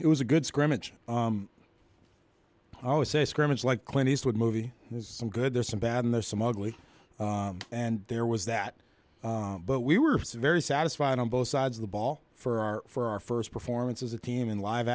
it was a good scrimmage oh it's a scrimmage like clint eastwood movie there's some good there's some bad in there some ugly and there was that but we were very satisfied on both sides of the ball for our for our first performance as a team in live